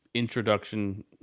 introduction